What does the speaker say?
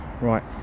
right